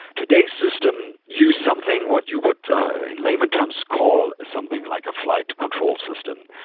today's system use something what you would in layman terms call something like a flight control system.